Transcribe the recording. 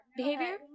behavior